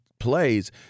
plays